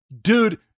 Dude